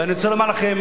ואני רוצה לומר לכם: